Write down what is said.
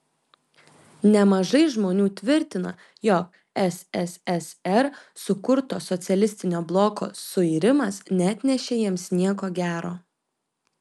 nemažai žmonių tvirtina jog sssr sukurto socialistinio bloko suirimas neatnešė jiems nieko gero